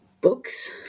books